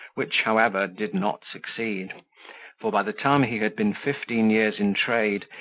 which, however, did not succeed for by the time he had been fifteen years in trade,